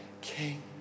king